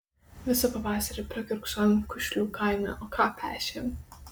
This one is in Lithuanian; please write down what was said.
visą pavasarį prakiurksojom kušlių kaime o ką pešėm